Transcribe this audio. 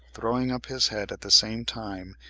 throwing up his head at the same time,